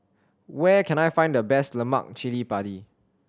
where can I find the best lemak cili padi